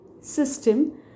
system